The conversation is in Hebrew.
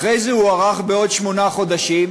אחרי זה הוארך בעוד שמונה חודשים,